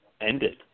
ended